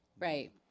Right